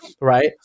right